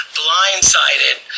blindsided